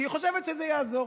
כי היא חושבת שזה יעזור.